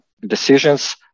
decisions